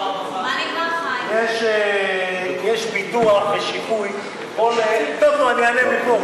יש ביטוח ושיפוי, טוב, אני אענה מפה.